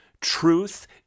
truth